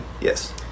yes